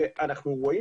ואנחנו רואים